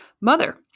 mother